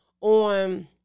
on